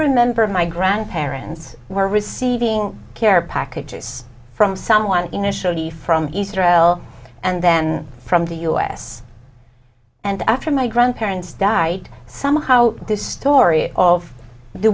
remember my grandparents were receiving care packages from someone initially from easter l and then from the us and after my grandparents died somehow this story of the